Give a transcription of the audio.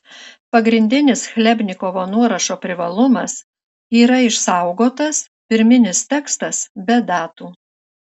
pagrindinis chlebnikovo nuorašo privalumas yra išsaugotas pirminis tekstas be datų